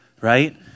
Right